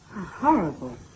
Horrible